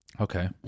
Okay